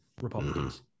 Republicans